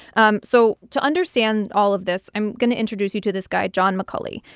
um so to understand all of this i'm going to introduce you to this guy, john mccolley.